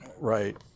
Right